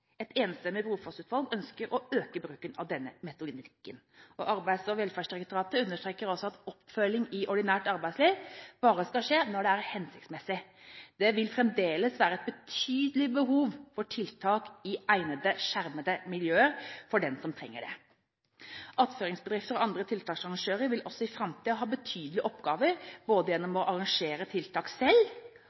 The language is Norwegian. Et enstemmig Brofoss-utvalg ønsket å øke bruken av denne metodikken. Arbeids- og velferdsdirektoratet understreker også at oppfølging i ordinært arbeidsliv bare skal skje når det er hensiktsmessig. Det vil fremdeles være et betydelig behov for tiltak i egnede, skjermede miljøer for dem som trenger det. Attføringsbedriftene og andre tiltaksarrangører vil også i framtiden ha betydelige oppgaver gjennom både det å arrangere tiltak selv